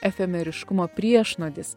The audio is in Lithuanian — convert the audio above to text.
efemeriškumo priešnuodis